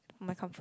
my comfort